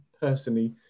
personally